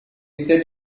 set